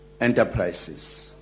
enterprises